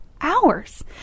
hours